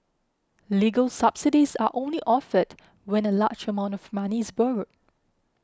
legal subsidies are only offered when a large amount of money is borrowed